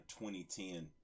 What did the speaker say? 2010